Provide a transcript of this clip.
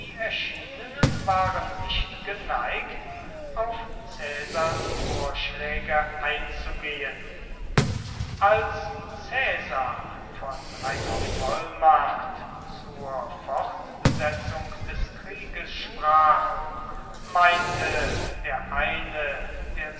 erschienenen waren nicht geneigt auf caesars vorschläge einzugehen als caesar von einer vollmacht zur fortsetzung des krieges sprach meinte der eine der